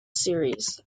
series